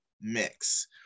mix